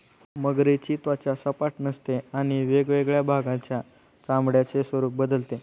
मगरीची त्वचा सपाट नसते आणि वेगवेगळ्या भागांच्या चामड्याचे स्वरूप बदलते